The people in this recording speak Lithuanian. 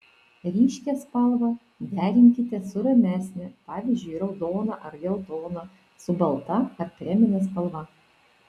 ryškią spalvą derinkite su ramesne pavyzdžiui raudoną ar geltoną su balta ar kremine spalva